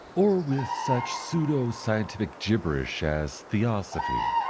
or with such pseudo-scientific gibberish as theosophy.